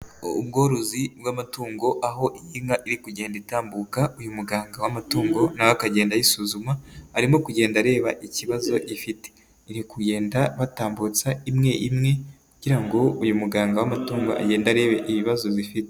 Ubworozi bw'amatungo aho inka iri kugenda itambuka, uyu muganga w'amatungo na we akagenda ayisuzuma arimo kugenda areba ikibazo ifite, iri kugenda batambutsa imwe imwe kugira ngo uyu muganga w'amatungo agende arebe ibibazo zifite.